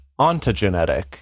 ontogenetic